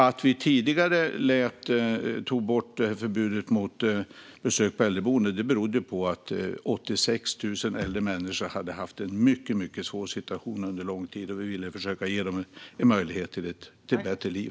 Att vi tidigare tog bort förbudet mot besök på äldreboenden berodde på att 86 000 äldre människor hade haft en mycket, mycket svår situation under lång tid, och vi ville försöka ge dem en möjlighet till ett bättre liv.